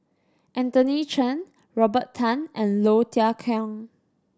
Anthony Chen Robert Tan and Low Thia Khiang